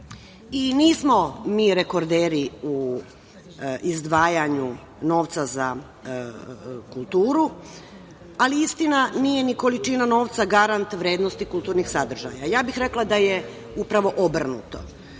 mi rekorderi u izdvajanju novca za kulturu, ali istina nije ni količina novca garant vrednosti kulturnih sadržaja. Rekla bih da je upravo obrnuto